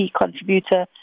contributor